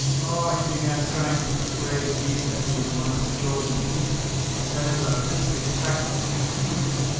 oh, he began trying to persuade me that he was one of the chosen people that his artistic faculty shewed it,